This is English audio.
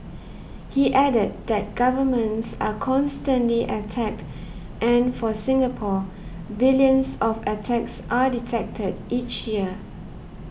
he added that governments are constantly attacked and for Singapore billions of attacks are detected each year